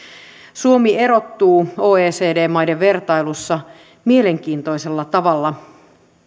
suomi erottuu oecd maiden vertailussa mielenkiintoisella tavalla